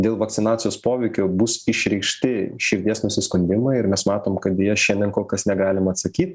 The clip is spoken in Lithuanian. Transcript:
dėl vakcinacijos poveikio bus išreikšti širdies nusiskundimai ir mes matom kad deja šiandien kol kas negalim atsakyt